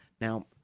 Now